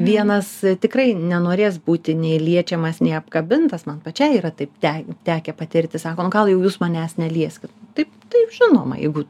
vienas tikrai nenorės būti nei liečiamas nei apkabintas man pačiai yra taip te tekę patirti sako nu gal jau jūs manęs nelieskit taip taip žinoma jeigu